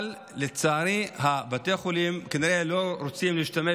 אבל לצערי בתי החולים כנראה לא רוצים להשתמש